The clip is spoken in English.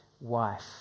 wife